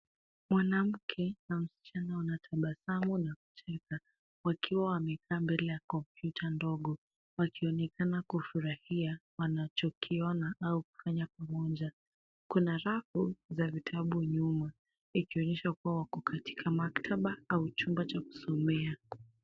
Mwanamke na msichana wanatabasamu na kucheka wakiwa wamekaa mbele ya kompyuta ndogo wakionekana kufurahia au kufanya pamoja. Kuna rafu za vitabu nyuma ikionyesha kuwa wako katika maktaba au chumba cha kusomea.